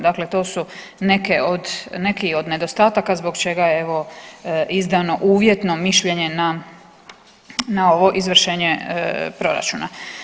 Dakle, to su neke od, neki od nedostataka zbog čega je evo izdano uvjetno mišljenje na ovo izvršenje proračuna.